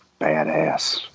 badass